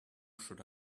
should